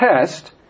test